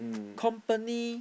company